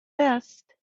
best